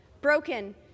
broken